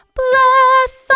bless